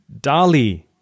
Dali